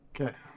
Okay